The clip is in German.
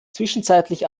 zwischenzeitlich